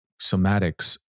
somatics